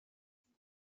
رابطه